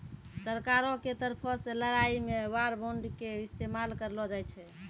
सरकारो के तरफो से लड़ाई मे वार बांड के इस्तेमाल करलो जाय छै